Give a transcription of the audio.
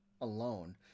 alone